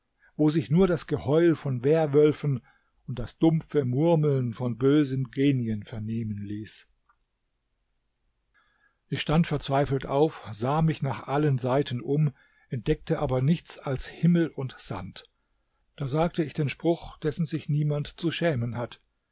wo sich nur das geheul von werwölfen und das dumpfe murmeln von bösen genien vernehmen ließ ich stand verzweifelt auf sah mich nach allen seiten um entdeckte aber nichts als himmel und sand da sagte ich den spruch dessen sich niemand zu schämen hat